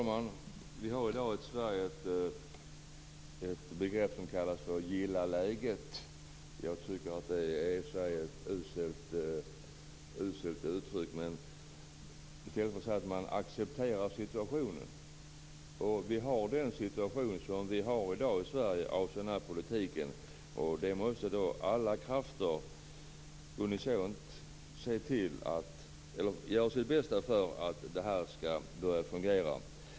Herr talman! I dag används i Sverige uttrycket "gilla läget". Jag tycker i och för sig att det är ett uselt uttryck som används i stället för att säga att man accepterar situationen. Vi har den situation som vi har i dag i Sverige avseende den här politiken. Alla krafter måste unisont göra sitt bästa för att detta skall börja fungera.